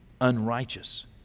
unrighteous